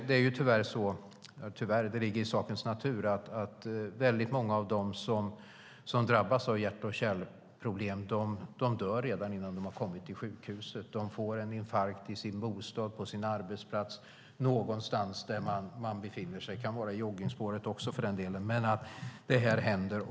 Det ligger tyvärr i sakens natur att många av dem som drabbas av hjärt och kärlproblem dör redan innan de har kommit till sjukhuset. De får en infarkt i sin bostad, på sin arbetsplats eller någon annanstans där de befinner sig. Det kan vara i joggningsspåret också, för den delen. Men detta händer.